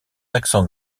accent